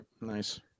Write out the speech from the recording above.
nice